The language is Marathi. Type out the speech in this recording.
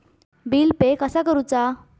बिल पे कसा करुचा?